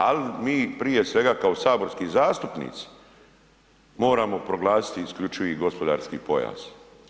Ali mi prije svega kao saborski zastupnici moramo proglasiti isključivi gospodarski pojas.